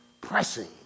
pressing